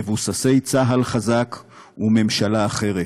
מבוססי צה"ל חזק וממשלה אחרת,